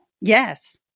Yes